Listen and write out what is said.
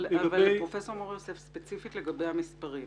אבל ספציפית לגבי המספרים.